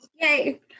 Yay